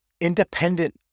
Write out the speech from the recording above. independent